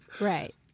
right